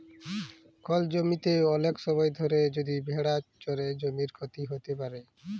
call জমিতে ওলেক সময় ধরে যদি ভেড়া চরে জমির ক্ষতি হ্যত প্যারে